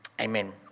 amen